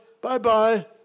bye-bye